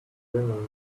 dinner